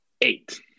eight